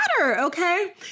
okay